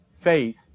faith